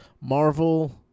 Marvel